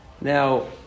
Now